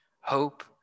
hope